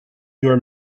your